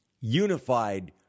unified